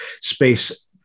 space